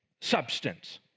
substance